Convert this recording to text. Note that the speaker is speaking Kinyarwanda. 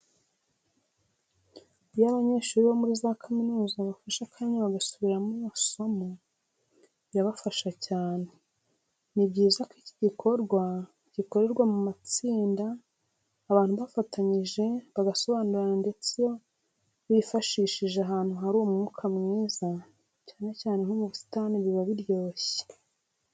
Iyo abanyeshuri bo muri za kaminuza bafashe akanya bagasubiramo amasomo birabafasha cyane. Ni byiza ko iki gikorwa gikorerwa mu matsinda abantu bafatanije bagasobanurirana ndetse iyo bifashishije ahantu hari umwuka mwiza, cyane cyane nko mu busitani biba biryoshye.